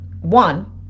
one